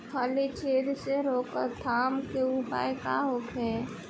फली छिद्र से रोकथाम के उपाय का होखे?